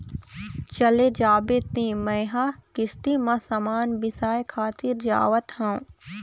चल जाबे तें मेंहा किस्ती म समान बिसाय खातिर जावत हँव